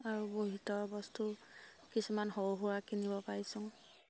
আৰু বহু ভিতৰৰ বস্তু কিছুমান সৰু সুৰা কিনিব পাৰিছোঁ